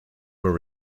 were